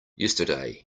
yesterday